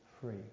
free